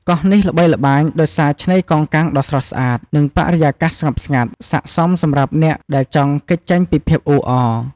កោះនេះល្បីល្បាញដោយសារឆ្នេរកោងកាងដ៏ស្រស់ស្អាត និងបរិយាកាសស្ងប់ស្ងាត់ ស័ក្តិសមសម្រាប់អ្នកដែលចង់គេចចេញពីភាពអ៊ូអរ។